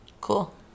cool